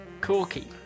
Corky